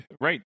Right